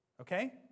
Okay